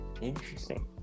interesting